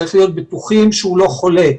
צריך להיות בטוחים שהוא לא חולה.